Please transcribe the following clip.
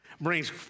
brings